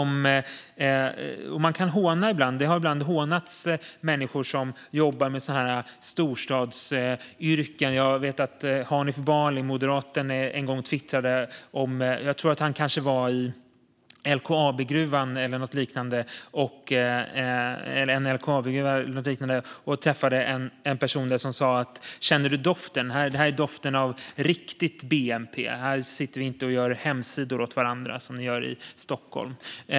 Man har ibland hånat människor som jobbar med storstadsyrken. Jag vet att Hanif Bali, moderaten, en gång twittrade om när han var i en LKAB-gruva eller något liknande och träffade en person där som sa: Känner du doften? Det är doften av riktig bnp. Här sitter vi inte och gör hemsidor åt varandra, som ni gör i Stockholm.